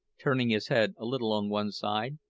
turning his head a little on one side,